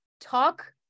Talk